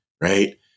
right